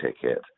ticket